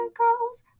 girls